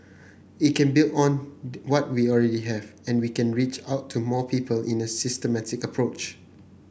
it can build on what we already have and we can reach out to more people in a systematic approach